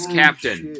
captain